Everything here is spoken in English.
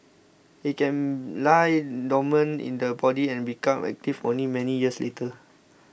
it can lie dormant in the body and become active only many years later